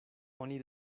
oni